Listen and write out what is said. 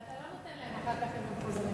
ואתה לא נותן להם אחר כך אם הם חוזרים.